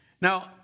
Now